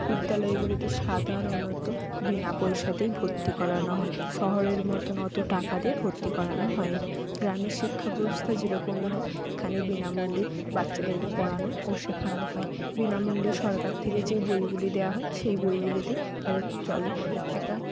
বিদ্যালয়গুলিতে সাধারণত বিনা পয়সাতেই ভর্তি করানো হয় শহরের মতন অত টাকা দিয়ে ভর্তি করানো হয় না গ্রামের শিক্ষাব্যবস্থা যেরকমই হোক এখানে বিনামূল্যে বাচ্চাদেরকে পড়ানো ও শেখানো হয় বিনামূল্যে সরকার থেকে যেই বইগুলি দেওয়া হয় সেই বইগুলিতেই তাদের চলে একা